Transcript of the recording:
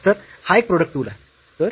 तर हा एक प्रोडक्ट टूल आहे